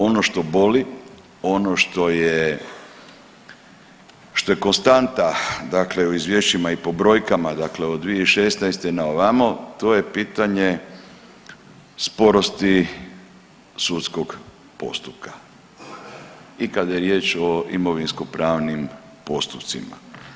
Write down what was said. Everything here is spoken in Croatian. Ono što boli, ono što je konstanta u izvješćima i po brojkama dakle od 2016. na ovamo to je pitanje sporosti sudskog postupka i kada je riječ o imovinskopravnim postupcima.